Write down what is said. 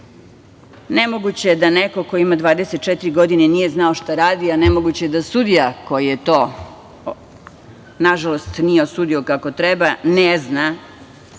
drag. Nemoguće da neko ko ima 24 godine nije znao šta radi, a nemoguće je da sudija koji to, nažalost, nije osudio kako treba ne zna